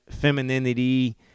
femininity